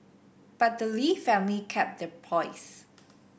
but the Lee family kept their poise